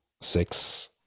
six